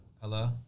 Hello